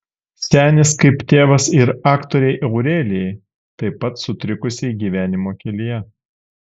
senis kaip tėvas ir aktorei aurelijai taip pat sutrikusiai gyvenimo kelyje